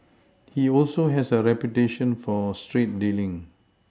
he also has a reputation for straight dealing